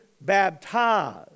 baptized